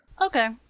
Okay